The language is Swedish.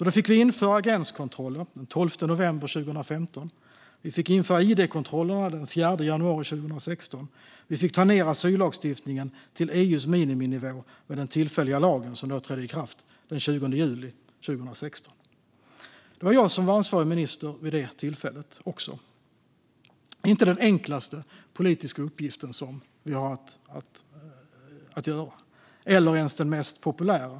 Då fick vi införa gränskontroller den 12 november 2015. Vi fick införa id-kontroller den 4 januari 2016. Vi fick ta ned asyllagstiftningen till EU:s miniminivå med den tillfälliga lagen som trädde i kraft den 20 juli 2016. Det var jag som var ansvarig minister då också. Det var inte den enklaste politiska uppgift som vi har haft att utföra och inte heller den mest populära.